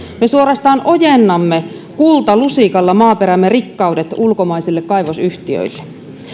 me suorastaan ojennamme kultalusikalla maaperämme rikkaudet ulkomaisille kaivosyhtiöille